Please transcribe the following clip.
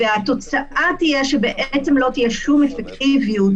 והתוצאה תהיה שלא תהיה שום אפקטיביות